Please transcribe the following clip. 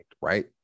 right